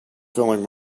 feeling